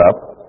up